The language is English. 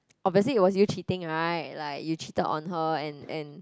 obviously it was you cheating right like you cheated on her and and